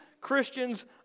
Christians